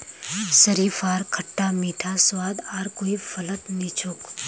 शरीफार खट्टा मीठा स्वाद आर कोई फलत नी छोक